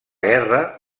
guerra